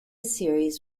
series